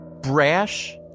Brash